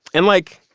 and, like,